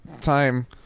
time